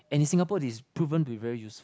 and in Singapore it is proven to be very useful